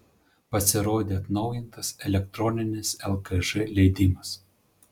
pasirodė atnaujintas elektroninis lkž leidimas